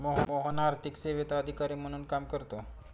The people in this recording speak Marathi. मोहन आर्थिक सेवेत अधिकारी म्हणून काम करतो